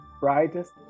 brightest